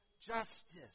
justice